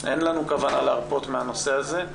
אין לנו כוונה להרפות מהנושא הזה.